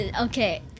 Okay